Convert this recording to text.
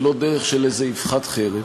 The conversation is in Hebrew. ולא דרך של איזו אבחת חרב.